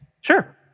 sure